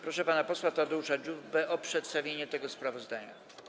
Proszę pana posła Tadeusza Dziubę o przedstawienie tego sprawozdania.